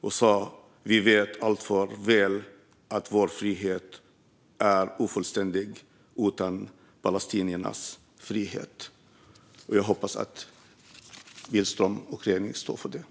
Han sa: "Vi vet alltför väl att vår frihet är ofullständig utan palestiniernas frihet." Jag hoppas att Billström och regeringen står upp för det.